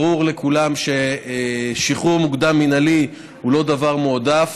ברור לכולם ששחרור מוקדם מינהלי הוא לא דבר מועדף,